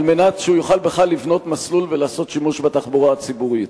על מנת שהוא יוכל בכלל לבנות מסלול ולעשות שימוש בתחבורה הציבורית.